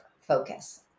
focus